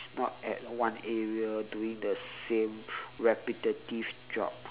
not at one area doing the same repetitive job